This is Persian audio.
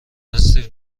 استیو